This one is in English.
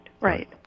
right